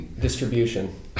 Distribution